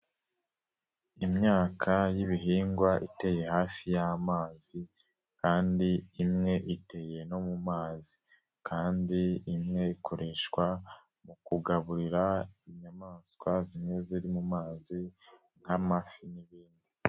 Imyaka y'ibihingwa iteye hafi y'amazi kandi imwe iteye no mu mazi kandi imwe ikoreshwa mu kugaburira inyamaswa zimwe ziri mu mazi nk'amafi n'ibindi.